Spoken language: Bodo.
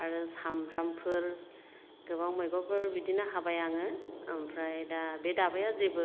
आरो सामब्रामफोर गोबां मैगंफोर बिदिनो हाबाय आङो ओमफ्राय दा बे दाबाया जेबो